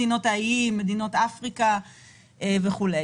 מדינות האיים, מדינות אפריקה וכולי.